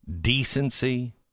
decency